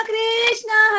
Krishna